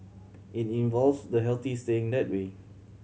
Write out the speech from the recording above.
it involves the healthy staying that way